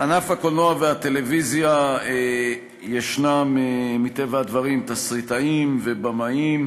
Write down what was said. בענף הקולנוע והטלוויזיה ישנם מטבע הדברים תסריטאים ובימאים